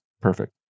Perfect